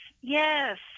yes